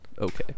okay